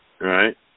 Right